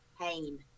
pain